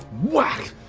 whack!